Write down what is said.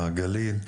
לגליל.